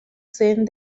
zen